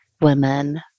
Women